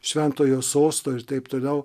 šventojo sosto ir taip toliau